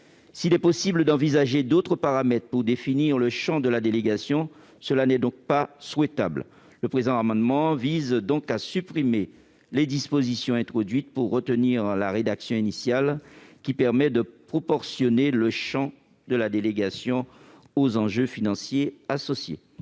S'il est possible d'envisager d'autres paramètres pour définir le champ de la délégation, cela n'est donc pas souhaitable. Le présent amendement vise à supprimer les dispositions introduites pour retenir la rédaction initiale, qui permet de proportionner le champ de la délégation aux enjeux financiers associés.